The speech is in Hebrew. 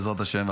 בעזרת השם,